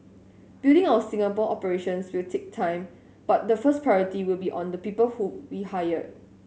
building our Singapore operations will take time but the first priority will be on the people who we hire